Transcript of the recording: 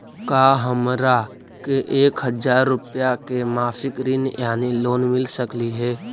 का हमरा के एक हजार रुपया के मासिक ऋण यानी लोन मिल सकली हे?